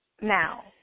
Now